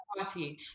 party